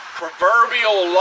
proverbial